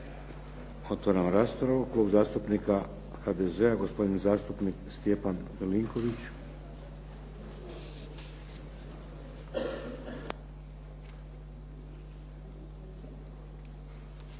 Otvaram raspravu. Klub zastupnika HDZ-a gospodin zastupnik Stjepan Milinković.